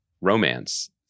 romance